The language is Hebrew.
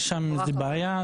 יש שם איזו בעיה.